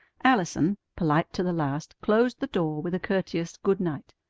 allison, polite to the last, closed the door with a courteous good-night,